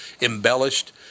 embellished